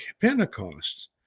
Pentecost